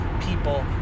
people